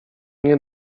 nie